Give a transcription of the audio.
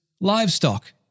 livestock